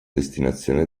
destinazione